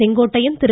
Sengottaiyan Thiru